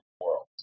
world